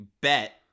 bet